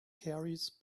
carries